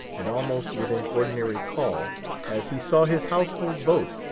and almost within ordinary call as he saw his household boat,